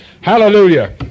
Hallelujah